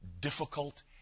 difficult